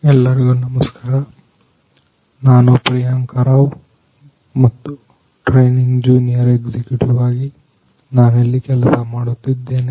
ಎಲ್ಲರಿಗೂ ನಮಸ್ಕಾರ ನಾನು ಪ್ರಿಯಾಂಕಾ ರಾವ್ ಮತ್ತು ಟ್ರೈನಿಂಗ್ ಜೂನಿಯರ್ ಎಕ್ಸಿಕ್ಯೂಟಿವ್ ಆಗಿ ನಾನೆಲ್ಲಿ ಕೆಲಸ ಮಾಡುತ್ತಿದ್ದೇನೆ